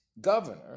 governor